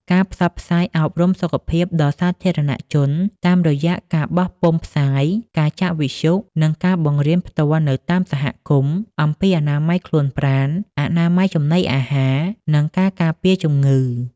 ការផ្សព្វផ្សាយអប់រំសុខភាពដល់សាធារណជន តាមរយៈការបោះពុម្ពផ្សាយ ការចាក់វិទ្យុ និងការបង្រៀនផ្ទាល់នៅតាមសហគមន៍ អំពីអនាម័យខ្លួនប្រាណ អនាម័យចំណីអាហារ និងការការពារជំងឺ។